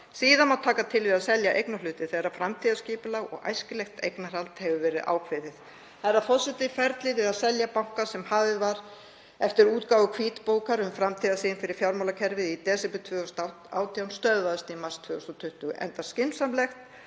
Síðan má taka til við að selja eignarhluti þegar framtíðarskipulag og æskilegt eignarhald hefur verið ákveðið. Herra forseti. Ferlið við að selja banka sem hafið var eftir útgáfu hvítbókar um framtíðarsýn fyrir fjármálakerfið í desember 2018 stöðvaðist í mars 2020, enda skynsamlegt